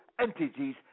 entities